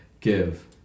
give